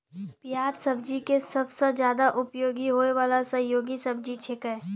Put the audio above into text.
प्याज सब्जी के सबसॅ ज्यादा उपयोग होय वाला सहयोगी सब्जी छेकै